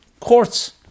Courts